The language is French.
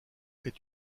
est